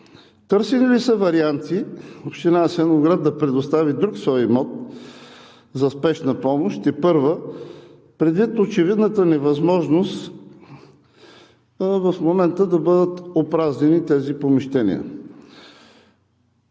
Търсили ли са варианти Община Асеновград да предостави друг свой имот за Спешна помощ тепърва, предвид очевидната невъзможност в момента да бъдат опразнени тези помещения?